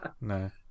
No